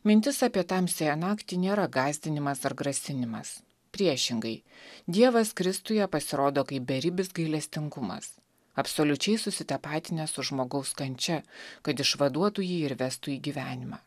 mintis apie tamsiąją naktį nėra gąsdinimas ar grasinimas priešingai dievas kristuje pasirodo kaip beribis gailestingumas absoliučiai susitapatinęs su žmogaus kančia kad išvaduotų jį ir vestų į gyvenimą